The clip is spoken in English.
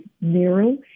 narrow